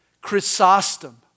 Chrysostom